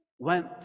went